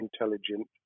intelligent